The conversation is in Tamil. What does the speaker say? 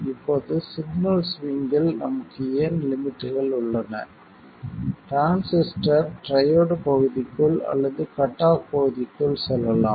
இப்போது சிக்னல் ஸ்விங்கில் நமக்கு ஏன் லிமிட்கள் உள்ளன டிரான்சிஸ்டர் ட்ரையோட் பகுதிக்குள் அல்லது கட் ஆஃப் பகுதிக்குள் செல்லலாம்